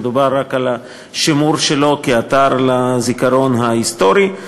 ומדובר רק על השימור שלו כאתר לזיכרון ההיסטורי.